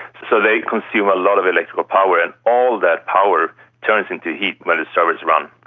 so they consume a lot of electrical power, and all that power turns into heat when the servers run.